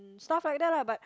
stuff like that lah but